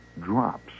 drops